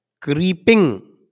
creeping